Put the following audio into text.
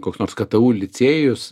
koks nors ktu licėjus